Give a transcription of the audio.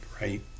right